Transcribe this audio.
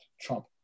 Trump